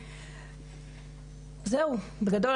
זהו, בגדול.